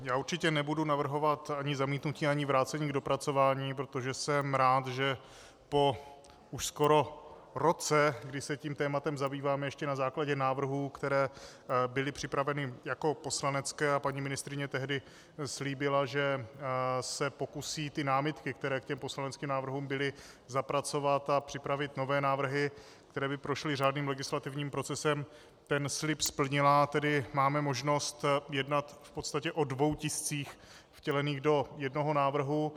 Já určitě nebudu navrhovat ani zamítnutí ani vrácení k dopracování, protože jsem rád, že po už skoro roce, kdy se tím tématem zabýváme ještě na základě návrhů, které byly připraveny jako poslanecké, a paní ministryně tehdy slíbila, že se pokusí ty námitky, které k poslaneckým návrhům byly, zapracovat a připravit nové návrhy, které by prošly řádným legislativním procesem, ten slib splnila, tedy máme možnost jednat v podstatě o dvou tiscích vtělených do jednoho návrhu.